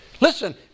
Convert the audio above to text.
Listen